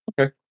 Okay